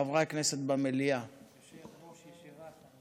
חברי הכנסת במליאה יושב-ראש הישיבה.